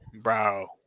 Bro